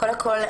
קודם כול,